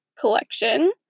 collection